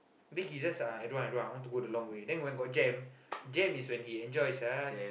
then he just I don't want I don't want I want to go the long way then when got jam jam is when he enjoys ah